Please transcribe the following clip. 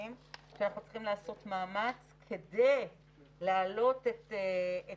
המחוקקים שאנחנו צריכים לעשות מאמץ כדי להעלות את השירות